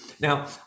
Now